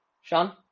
Sean